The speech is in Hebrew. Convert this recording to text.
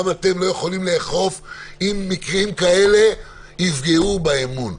גם אתם לא יכולים לאכוף אם מקרים כאלה יפגעו באמון.